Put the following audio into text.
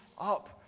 up